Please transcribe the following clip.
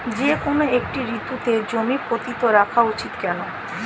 যেকোনো একটি ঋতুতে জমি পতিত রাখা উচিৎ কেন?